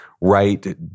right